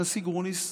הנשיא גרוניס,